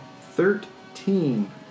Thirteen